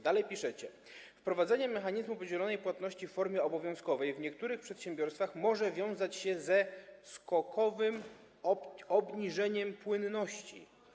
Dalej piszecie: Wprowadzenie mechanizmu podzielonej płatności w formie obowiązkowej w niektórych przedsiębiorstwach może wiązać się ze skokowym obniżeniem płynności.